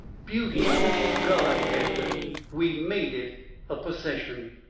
beauty which is godhead we made it a possession.